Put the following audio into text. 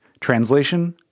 Translation